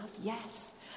Yes